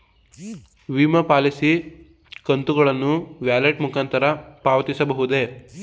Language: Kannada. ವಿಮಾ ಪಾಲಿಸಿ ಕಂತುಗಳನ್ನು ವ್ಯಾಲೆಟ್ ಮುಖಾಂತರ ಪಾವತಿಸಬಹುದೇ?